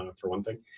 um for one thing.